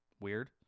Weird